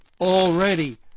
already